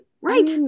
right